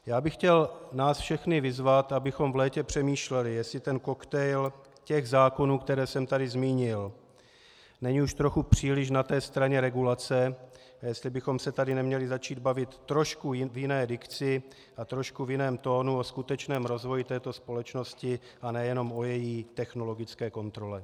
Já bych chtěl nás všechny vyzvat, abychom v létě přemýšleli, jestli ten koktejl zákonů, které jsem tady zmínil, není už trochu příliš na straně regulace a jestli bychom se tady neměli začít bavit trošku v jiné dikci a trošku v jiném tónu o skutečném rozvoji této společnosti, a ne jenom o její technologické kontrole.